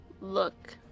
look